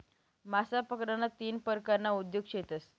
मासा पकडाना तीन परकारना उद्योग शेतस